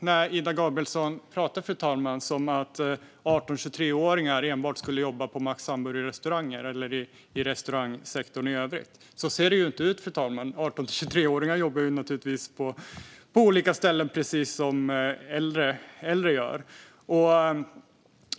När Ida Gabrielsson pratar framstår det som att 19-23-åringar skulle jobba enbart på Max hamburgerrestauranger eller i restaurangsektorn i övrigt. Så ser det inte ut, fru talman. 19-23-åringar jobbar naturligtvis på olika ställen precis som äldre gör.